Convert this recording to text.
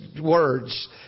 words